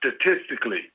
statistically